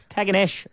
Taganesh